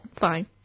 fine